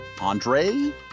Andre